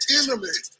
enemy